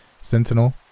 Sentinel